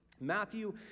Matthew